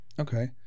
okay